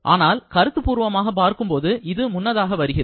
ஆனால் கருத்து பூர்வமாகப் பார்க்கும்போது இது முன்னதாக வருகிறது